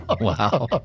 Wow